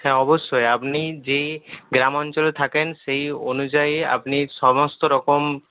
হ্যাঁ অবশ্যই আপনি যেই গ্রাম অঞ্চলে থাকেন সেই অনুযায়ী আপনি সমস্ত রকম